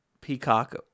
Peacock